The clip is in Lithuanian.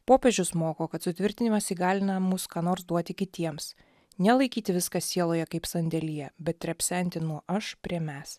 popiežius moko kad sutvirtinimas įgalina mus ką nors duoti kitiems nelaikyti viską sieloje kaip sandėlyje bet trepsenti nuo aš prie mes